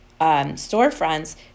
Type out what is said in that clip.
storefronts